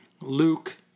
Luke